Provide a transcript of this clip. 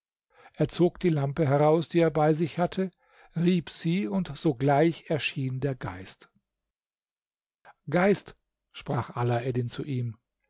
er zog die lampe heraus die er bei sich hatte rieb sie und sogleich erschien der geist geist sprach alaeddin zu ihm